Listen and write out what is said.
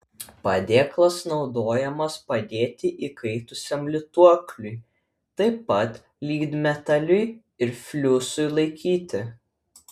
padėklas naudojamas padėti įkaitusiam lituokliui taip pat lydmetaliui ir fliusui laikyti